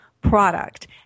product